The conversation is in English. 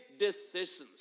Decisions